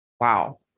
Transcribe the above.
Wow